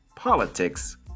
Politics